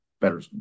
better